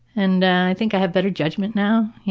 and i think i have better judgment now,